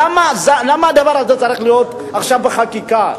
למה הדבר הזה צריך להיות עכשיו בחקיקה?